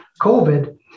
COVID